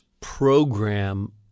program